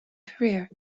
career